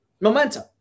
momentum